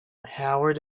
howard